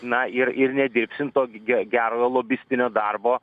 na ir ir nedirbsim tokio gi ge gero lobistinio darbo